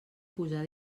posar